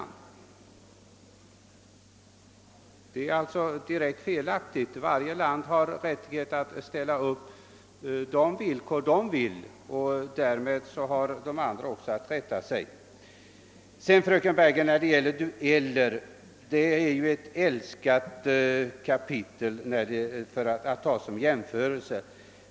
Hennes påstående är alltså felaktigt. Varje land har rättighet att ställa upp de villkor landet vill, och därefter har de andra också att rätta sig. Dueller är ju ett älskat exempel, fröken Bergegren, när man vill göra jämförelser i detta sammanhang.